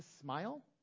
smile